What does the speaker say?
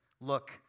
Look